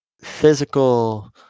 physical